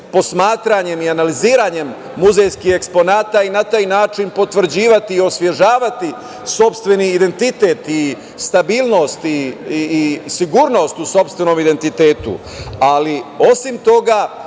posmatranjem i analiziranjem muzejskih eksponata, i na taj način potvrđivati i osvežavati sopstveni identitet i stabilnost i sigurnost u sopstvenom identitetu, ali osim toga